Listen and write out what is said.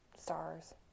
stars